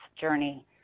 journey